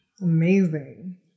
Amazing